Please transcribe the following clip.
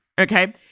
Okay